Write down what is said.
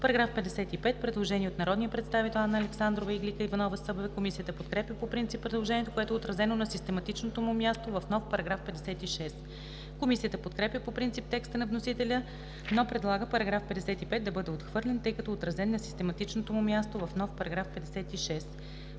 По § 55 има предложение от народните представители Анна Александрова и Иглика Иванова-Събева. Комисията подкрепя по принцип предложението, което е отразено на систематичното му място в нов § 56. Комисията подкрепя по принцип текста на вносителя, но предлага § 55 да бъде отхвърлен, тъй като е отразен на систематичното му място в нов § 56.